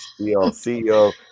CEO